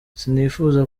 sinifuza